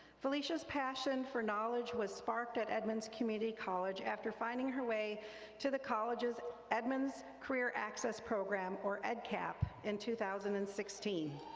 felicia's passion for knowledge was sparked at edmonds community college after finding her way to the college's edmonds career access program, or edcap, in two thousand and sixteen.